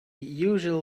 usual